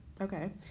Okay